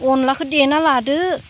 अनलाखौ देना लादो